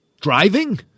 Driving